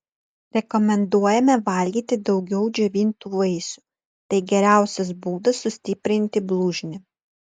rekomenduojame valgyti daugiau džiovintų vaisių tai geriausias būdas sustiprinti blužnį